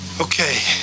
Okay